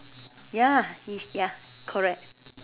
ya is ya correct